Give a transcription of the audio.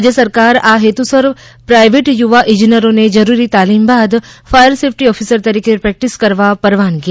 રાજ્ય સરકાર આ હેતુસર પ્રાયવેટ યુવા ઇજનેરોને જરૂરી તાલીમ બાદ ફાયર સેફ્ટી ઓફિસર તરીકે પ્રેક્ટિસ કરવા પરવાનગી આપશે